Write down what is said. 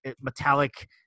metallic